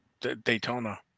daytona